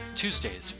Tuesdays